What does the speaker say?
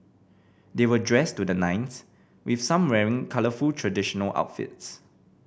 they were dressed to the nines with some wearing colourful traditional outfits